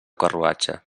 carruatge